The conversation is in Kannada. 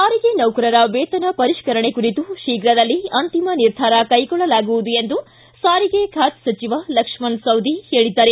ಸಾರಿಗೆ ನೌಕರರ ವೇತನ ಪರಿಷ್ಠರಣೆ ಕುರಿತು ಶೀಘದಲ್ಲೇ ಅಂತಿಮ ನಿರ್ಧಾರ ಕೈಗೊಳ್ಳಲಾಗುವುದು ಎಂದು ಸಾರಿಗೆ ಖಾತೆ ಸಚಿವ ಲಕ್ಷ್ಮಣ ಸವದಿ ತಿಳಿಸಿದ್ದಾರೆ